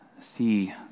see